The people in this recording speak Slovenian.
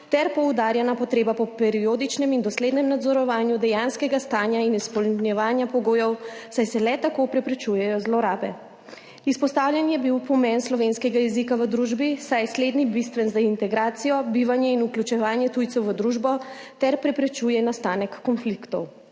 ter poudarjena potreba po periodičnem in doslednem nadzorovanju dejanskega stanja in izpolnjevanja pogojev, saj se le tako preprečujejo zlorabe. Izpostavljen je bil pomen slovenskega jezika v družbi, saj je slednji bistven za integracijo, bivanje in vključevanje tujcev v družbo ter preprečuje nastanek konfliktov.